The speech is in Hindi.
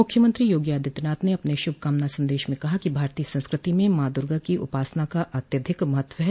मुख्यमंत्री योगी आदित्यनाथ ने अपने शभ कामना सन्देश में कहा कि भारतीय संस्कृत में मॉ दुर्गा की उपासना का अत्यधिक महत्व है